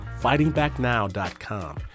fightingbacknow.com